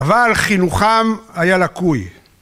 ‫אבל חינוכם היה לקוי.